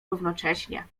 równocześnie